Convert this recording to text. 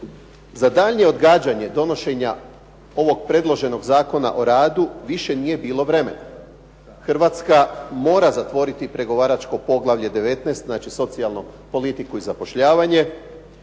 Za daljnje odgađanje donošenja ovog predloženog Zakona o radu više nije bilo vremena. Hrvatska mora zatvoriti pregovaračko poglavlje 19. – Socijalnu politiku i zapošljavanje,